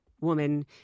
woman